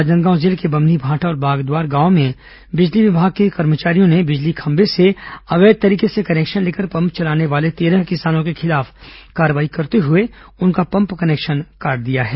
राजनांदगांव जिले के बम्हनीमाठा और बागद्वार गांव में बिजली विभाग के कर्मचारियों ने बिजली खंभे से अवैध तरीके से कनेक्शन लेकर पम्प चलाने वाले तेरह किसानों के खिलाफ कार्रवाई करते हुए उनका पम्प कनेक्शन काट दिया है